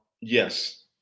Yes